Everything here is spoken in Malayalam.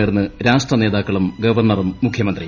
നേർന്ന് രാഷ്ട്രനേതാക്കളും ഗവർണറും മുഖ്യമന്ത്രിയും